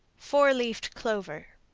four-leaved clover.